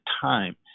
time